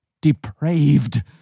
depraved